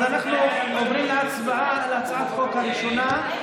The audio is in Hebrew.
אז אנחנו עוברים להצבעה על הצעת החוק הראשונה,